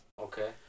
okay